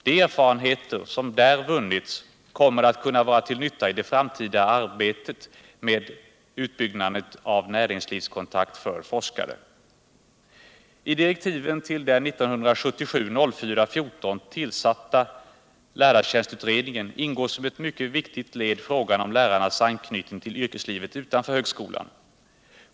De erfarenheter som där vunnits kommer att kunna vara till nytta i det framtida arbetet med utbyggnad av näringslivskontakt för forskare. I direktiven till den lärartjänstutredning som tillsattes den 14 april 1977 ingår som ett mycket viktigt led frågan om lärarnas anknytning till yrkeslivet utanför högskolan.